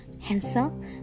Hansel